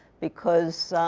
because